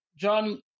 John